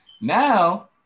now